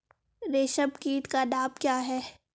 रेशम कीट का नाम क्या है?